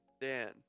dan